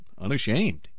unashamed